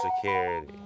security